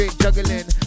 juggling